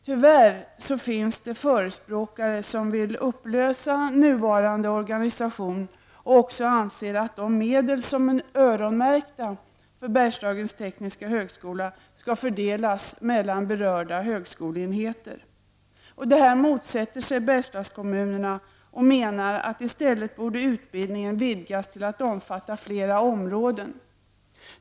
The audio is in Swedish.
Tyvärr finns det förespråkare som vill upplösa nuvarande organisation och som också anser att de medel som är öronmärkta för Det här motsätter sig Bergslagskommunerna och menar att utbildningen i stället borde vidgas till att omfatta fler områden.